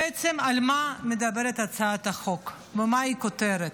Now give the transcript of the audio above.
בעצם, על מה מדברת הצעת החוק ומה הכותרת?